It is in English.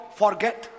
forget